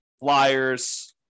flyers